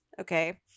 okay